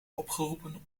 opgeroepen